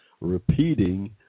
repeating